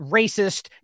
racist